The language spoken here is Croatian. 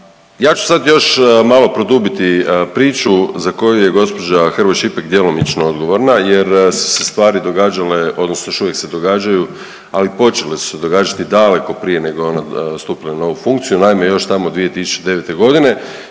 Ja ću sad još malo produbiti priču za koju je gđa. Hrvoj Šipek djelomično odgovorna jer su se stvari događale odnosno još uvijek se događaju, ali počele su se događati daleko prije nego je ona stupila na ovu funkciju. Naime, još tamo 2009. g.